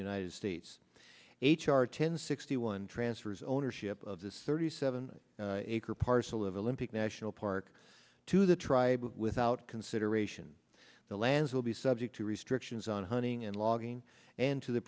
united states h r ten sixty one transfers ownership of this thirty seven acre parcel of elliptic national park to the tribe without consideration the lands will be subject to restrictions on hunting and logging and to the